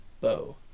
bow